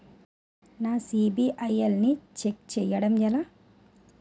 నా సిబిఐఎల్ ని ఛెక్ చేయడం ఎలా?